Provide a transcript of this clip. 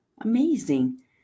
amazing